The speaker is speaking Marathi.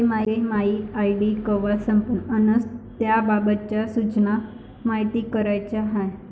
मले मायी आर.डी कवा संपन अन त्याबाबतच्या सूचना मायती कराच्या हाय